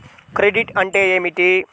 Credit అంటే ఏమిటి?